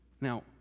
Now